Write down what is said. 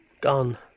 Gone